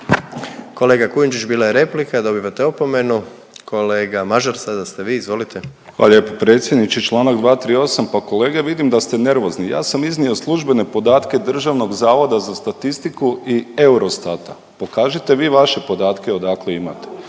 Kolega Kujundžić bila je replika dobivate opomenu. Kolega Mažar sada ste vi izvolite. **Mažar, Nikola (HDZ)** Hvala lijepo predsjedniče. Čl. 238., pa kolege vidim da ste nervozni, ja sam iznio službene podatke DZS-a i Eurostata, pokažite vi vaše podatke odakle imate.